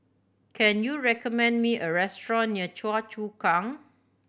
can you recommend me a restaurant near Choa Chu Kang